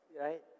right